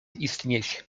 istnieć